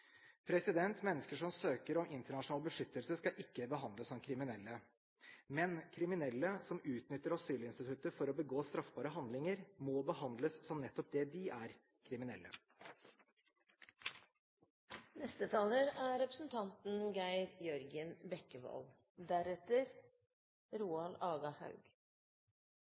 Mennesker som søker om internasjonal beskyttelse, skal ikke behandles som kriminelle. Men kriminelle som utnytter asylinstituttet for å begå straffbare handlinger, må behandles som nettopp det de er